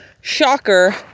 Shocker